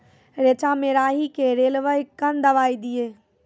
रेचा मे राही के रेलवे कन दवाई दीय?